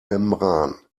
membran